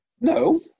No